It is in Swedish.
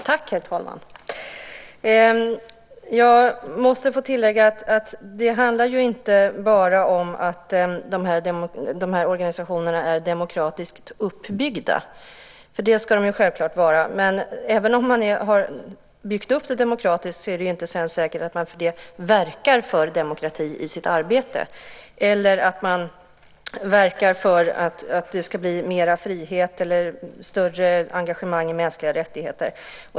Herr talman! Jag måste få tillägga att det inte bara handlar om att de här organisationerna är demokratiskt uppbyggda - det ska de självklart vara. Men även om man har byggt upp en organisation demokratiskt är det inte säkert att man sedan verkar för demokrati i sitt arbete eller att man verkar för att det ska bli mer frihet eller ett större engagemang när det gäller mänskliga rättigheter.